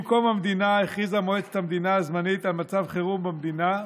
עם קום המדינה הכריזה מועצת המדינה הזמנית על מצב חירום במדינה.